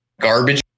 garbage